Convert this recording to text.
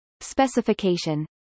Specification